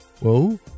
Whoa